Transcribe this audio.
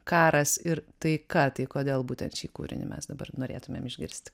karas ir taika tai kodėl būtent šį kūrinį mes dabar norėtumėm išgirsti